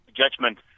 judgment